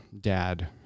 dad